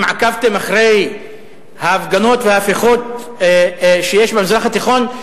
אם עקבתם אחרי ההפגנות וההפיכות שיש במזרח התיכון,